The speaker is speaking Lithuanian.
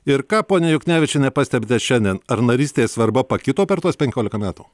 ir ką ponia juknevičiene pastebite šiandien ar narystės svarba pakito per tuos penkiolika metų